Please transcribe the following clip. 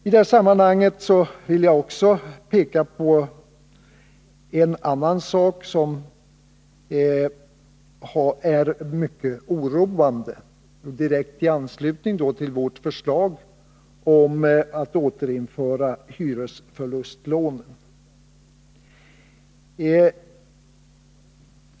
I direkt anslutning till vårt förslag om ett återinförande av hyresförlustlånen vill jag också peka på en annan sak som är mycket oroande.